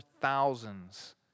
thousands